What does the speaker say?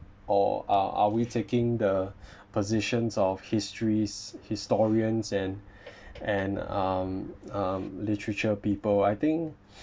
or uh are we taking the positions of history's historians and and um um literature people I think